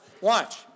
Watch